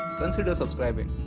consider subscribing.